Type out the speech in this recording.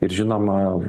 ir žinoma